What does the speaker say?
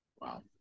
Wow